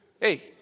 Hey